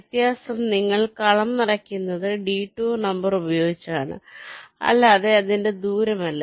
വ്യത്യാസം നിങ്ങൾ കളം നിറയ്ക്കുന്നത് ഡിടൂർ നമ്പർ ഉപയോഗിച്ചാണ് അല്ലാതെ അതിന്റെ ദൂരമല്ല